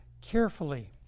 carefully